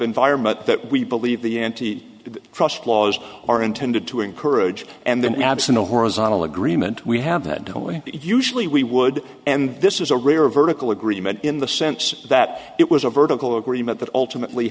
environment that we believe the anti trust laws are intended to encourage and then absent a horizontal agreement we have that only usually we would and this is a rare vertical agreement in the sense that it was a vertical agreement that ultimately